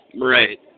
Right